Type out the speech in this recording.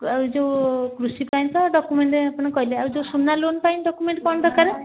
ଆଉ ଯେଉଁ କୃଷି ପାଇଁ ତ ଡକ୍ୟୁମେଣ୍ଟ ଆପଣ କହିଲେ ଆଉ ଯେଉଁ ସୁନା ଲୋନ୍ ପାଇଁ ଡକ୍ୟୁମେଣ୍ଟ କ'ଣ ଦରକାର